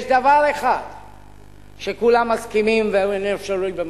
יש דבר אחד שכולם מסכימים והוא אינו שנוי במחלוקת: